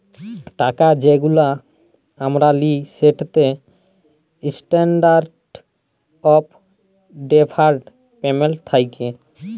টাকা যেগুলা আমরা লিই সেটতে ইসট্যান্ডারড অফ ডেফার্ড পেমেল্ট থ্যাকে